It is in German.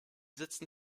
sitzen